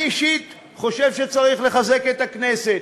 אני אישית חושב שצריך לחזק את הכנסת.